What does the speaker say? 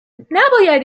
نباید